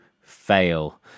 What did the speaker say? fail